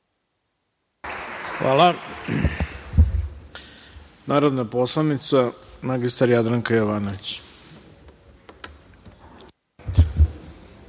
ima narodna poslanica magistar Jadranka Jovanović.